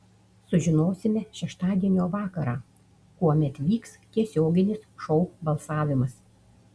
sužinosime šeštadienio vakarą kuomet vyks tiesioginis šou balsavimas